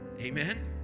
Amen